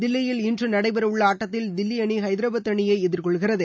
தில்லியில் இன்று நடைபெறஉள்ளஆட்டத்தில் தில்லிஅணிஹைதராபாத் அணியைஎதிர்கொள்கிறது